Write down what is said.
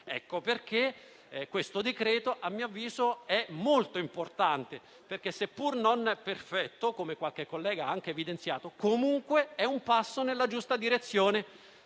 il decreto in esame, a mio avviso, è molto importante perché, se pur non perfetto, come qualche collega ha anche evidenziato, è comunque un passo nella giusta direzione,